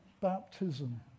baptism